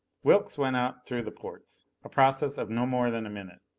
wilks went out through the ports a process of no more than a minute.